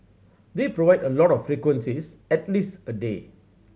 they provide a lot more frequencies at least a day